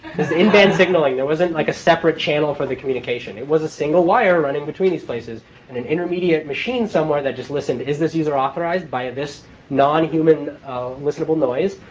in-band signaling, there wasn't like a separate channel for the communication. it was a single wire running between these places and an intermediate machine somewhere that just listened. is this user authorized by this non-human listenable noise?